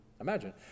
imagine